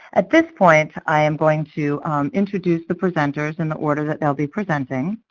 at this point, i'm going to introduce the presenters in the order that they'll be presenting.